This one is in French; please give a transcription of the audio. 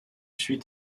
suit